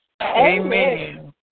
Amen